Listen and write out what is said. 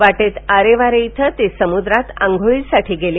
वाटेत आरे वारे इथं ते समुद्रात आंघोळीसाठी गेले